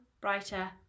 brighter